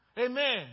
Amen